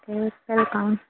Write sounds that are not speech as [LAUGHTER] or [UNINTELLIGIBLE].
[UNINTELLIGIBLE]